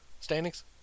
standings